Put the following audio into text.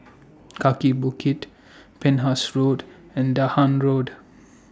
Kaki Bukit Penhas Road and Dahan Road